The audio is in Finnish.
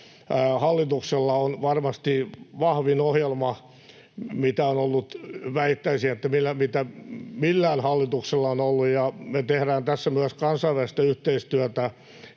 hallituksella on varmasti vahvin ohjelma, mitä on ollut — väittäisin, että mitä millään hallituksella on ollut — ja me tehdään tässä myös kansainvälistä yhteistyötä